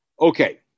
Okay